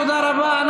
תודה רבה.